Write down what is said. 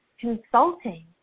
Consulting